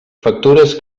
factures